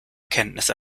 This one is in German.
kenntnis